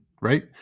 right